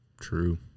True